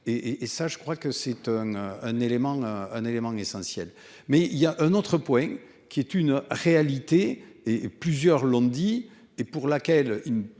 un, un, un élément un élément essentiel. Mais il y a un autre point qui est une réalité et plusieurs l'ont dit et pour laquelle